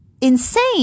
insane